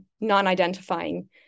non-identifying